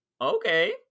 okay